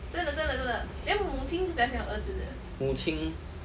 母亲